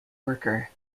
worker